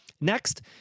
Next